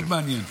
מאוד מעניין.